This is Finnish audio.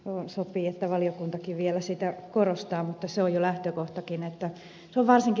toki sopii että valiokuntakin vielä sitä korostaa mutta se on jo lähtökohtakin